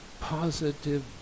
positive